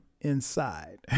inside